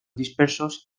dispersos